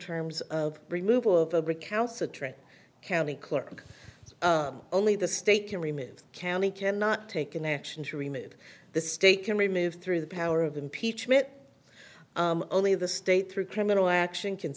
terms of removal of a recalcitrant county clerk only the state can remove county cannot take an action to remove the state can remove through the power of impeachment only the state through criminal action can